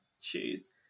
shoes